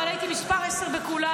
אבל הייתי מס' עשר בכולנו,